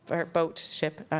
or boat, ship,